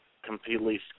Completely